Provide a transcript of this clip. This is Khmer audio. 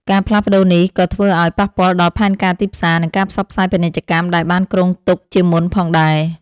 ការផ្លាស់ប្តូរនេះក៏ធ្វើឱ្យប៉ះពាល់ដល់ផែនការទីផ្សារ និងការផ្សព្វផ្សាយពាណិជ្ជកម្មដែលបានគ្រោងទុកជាមុនផងដែរ។